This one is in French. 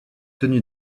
tenu